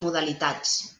modalitats